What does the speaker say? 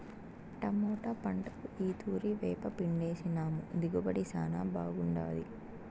tomato పంటకు ఈ తూరి వేపపిండేసినాము దిగుబడి శానా బాగుండాది